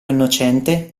innocente